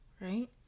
right